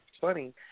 funny